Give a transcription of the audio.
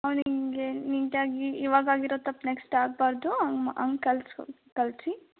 ಅವನಿಗೆ ನೀಟಾಗಿ ಇವಾಗಾಗಿರೋ ತಪ್ಪು ನೆಕ್ಸ್ಟ್ ಆಗಬಾರದು ಹಾಗೆ ಹಾಗೆ ಕಲ್ಸೊ ಕಲಿಸಿ